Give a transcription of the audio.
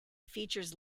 features